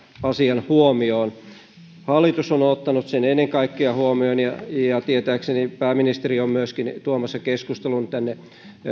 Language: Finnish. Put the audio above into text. asian huomioon ennen kaikkea hallitus on on ottanut sen huomioon ja ja tietääkseni tulevaisuudessa myöskin pääministeri on tuomassa keskustelun tänne